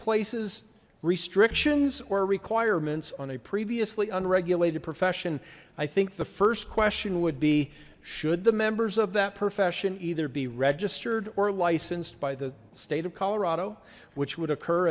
places restrictions or requirements on a previously unregulated profession i think the first question would be should the members of that profession either be registered or licensed by the state of colorado which would occur